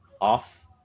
off